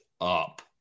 up